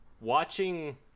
watching